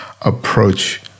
approach